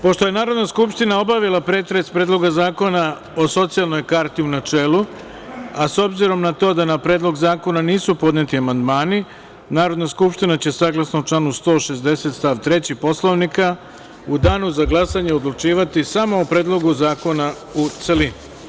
Pošto je Narodna skupština obavila pretres Predloga zakona o socijalnoj karti u načelu, a obzirom na to da na Predlog zakona nisu podneti amandmani, Narodna skupština će saglasno članu 160. stav 3. Poslovnika u danu za glasanje odlučivati samo o predlogu zakona u celini.